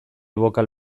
bokal